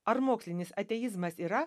ar mokslinis ateizmas yra